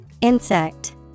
insect